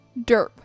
Derp